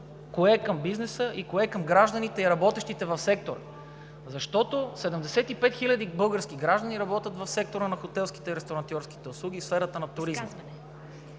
кое е към бизнеса, кое е към гражданите и работещите в сектора, защото 75 хиляди български граждани работят в сектора на хотелските и ресторантьорските услуги и в сферата на туризма.